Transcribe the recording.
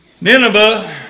Nineveh